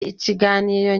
ikiganiro